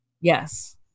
Yes